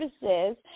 Services